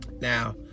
Now